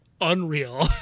unreal